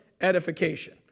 edification